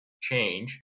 change